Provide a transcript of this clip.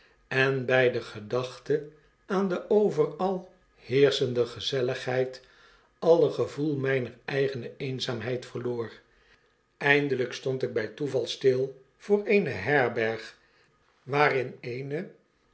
en by de fedachte aan de overal heerschende gezelligeid alle gevoel mijner eigene eenzaamheid verloor eindelyk stond ik by toevoel stil voor eene herberg waarin eene